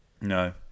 No